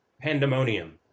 Pandemonium